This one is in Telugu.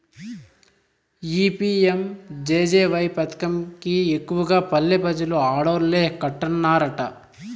ఈ పి.యం.జె.జె.వై పదకం కి ఎక్కువగా పల్లె పెజలు ఆడోల్లే కట్టన్నారట